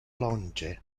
longe